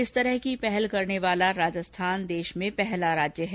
इस तरह की पहल करने वाला राजस्थान देश में पहला राज्य है